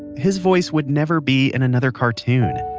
his voice would never be in another cartoon.